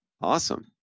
Awesome